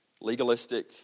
legalistic